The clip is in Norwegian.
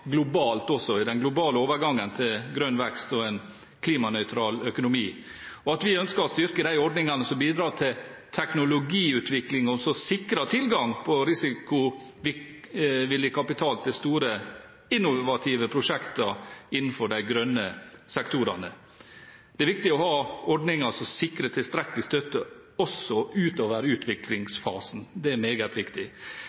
globalt også, i den globale overgangen til grønn vekst og en klimanøytral økonomi, og vi ønsker å styrke de ordningene som bidrar til teknologiutvikling, og som sikrer tilgang på risikovillig kapital til store, innovative prosjekter innenfor de grønne sektorene. Det er viktig å ha ordninger som sikrer tilstrekkelig støtte også utover utviklingsfasen. Det er meget viktig.